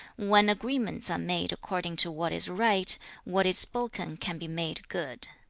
when agreements are made according to what is right, what is spoken can be made good.